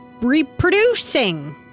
reproducing